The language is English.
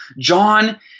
John